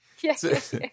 Yes